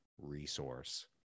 resource